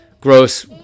gross